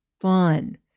fun